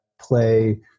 play